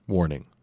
Warning